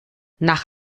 nach